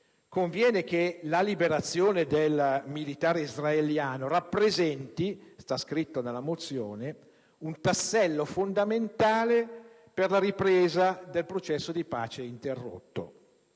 conviene che la liberazione del militare israeliano rappresenti «un tassello fondamentale per la ripresa del processo di pace interrotto».